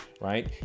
right